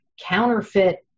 counterfeit